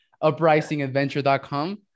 uprisingadventure.com